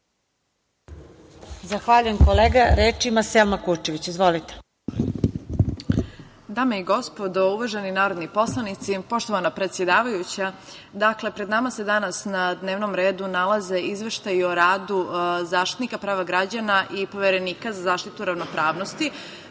Zahvaljujem, kolega. Reč ima Selma Kučević. Izvolite. **Selma Kučević** Dame i gospodo, uvaženi narodni poslanici, poštovana predsedavajuća, pred nama se danas na dnevnom redu nalaze izveštaji o radu Zaštitnika prava građana i Poverenika za zaštitu ravnopravnosti,